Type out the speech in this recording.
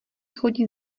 chodí